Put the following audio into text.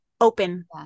Open